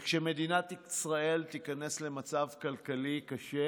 וכשמדינת ישראל תיכנס למצב כלכלי קשה,